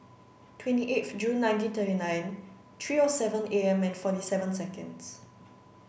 twenty eighth June nineteen thirty nine three O seven A M and forty seven seconds